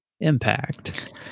impact